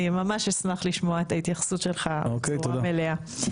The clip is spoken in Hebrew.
אני אשמח לשמוע את ההתייחסות שלך בצורה מלאה.